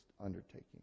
undertaking